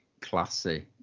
classy